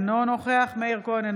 אינו נוכח מאיר כהן,